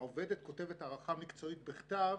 העובדת כותבת הערכה מקצועית בכתב